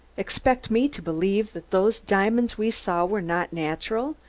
expect me to believe that those diamonds we saw were not natural,